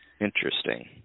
Interesting